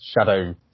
shadow